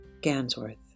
Gansworth